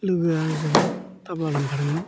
लोगोआ आंजों टाब्ला लांफादोंमोन